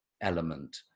element